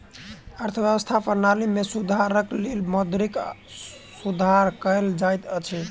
अर्थव्यवस्था प्रणाली में सुधारक लेल मौद्रिक सुधार कयल जाइत अछि